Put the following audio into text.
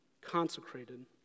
consecrated